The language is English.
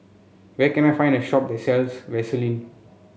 where can I find the shop that sells Vaselin